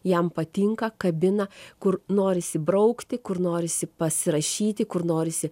jam patinka kabina kur norisi braukti kur norisi pasirašyti kur norisi